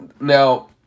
now